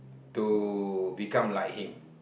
to become like him